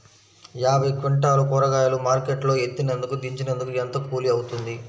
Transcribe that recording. యాభై క్వింటాలు కూరగాయలు మార్కెట్ లో ఎత్తినందుకు, దించినందుకు ఏంత కూలి అవుతుంది?